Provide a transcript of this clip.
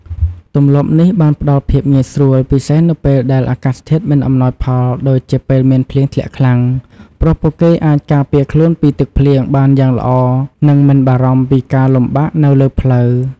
ទម្លាប់នេះបានផ្តល់ភាពងាយស្រួលពិសេសនៅពេលដែលអាកាសធាតុមិនអំណោយផលដូចជាពេលមានភ្លៀងធ្លាក់ខ្លាំង ព្រោះពួកគេអាចការពារខ្លួនពីទឹកភ្លៀងបានយ៉ាងល្អនិងមិនបារម្ភពីការលំបាកនៅលើផ្លូវ។